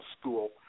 school